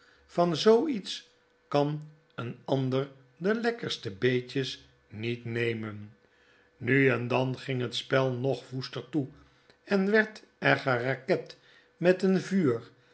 van zoo iets kan een ander de lekkerste beetjes niet nemen nu en dan ging het spel nog woester toe en werd er geraket met een vuur